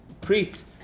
priests